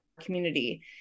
community